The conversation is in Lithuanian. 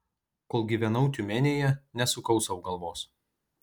kol gyvenau tiumenėje nesukau sau galvos